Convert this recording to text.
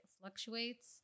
fluctuates